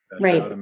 right